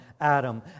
Adam